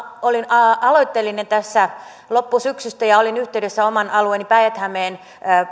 olin aloitteellinen tässä loppusyksystä ja olin yhteydessä oman alueeni päijät hämeen